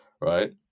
right